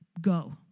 go